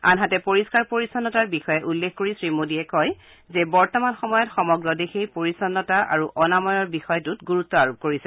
আনহাতে পৰিচ্চাৰ পৰিচন্নতাৰ বিষয়ে উল্লেখ কৰি শ্ৰীমোদীয়ে কয় যে বৰ্তমান সময়ত সমগ্ৰ দেশেই পৰিচ্ছন্নতাৰ আৰু অনাময়ত গুৰুত্ আৰোপ কৰিছে